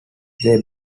they